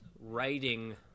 writing